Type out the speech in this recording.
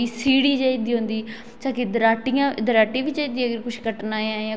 योगा करनी चाहिदी योगा करनी चाहिदी योगा करने योगा करनी चाहिदी